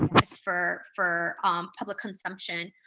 this for for public consumption.